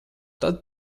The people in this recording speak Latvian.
tad